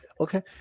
okay